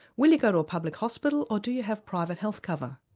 will you go to a public hospital or do you have private health cover?